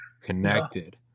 connected